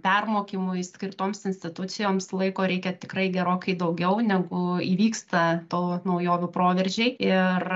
permokymui skirtoms institucijoms laiko reikia tikrai gerokai daugiau negu įvyksta to naujovių proveržiai ir